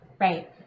Right